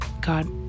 God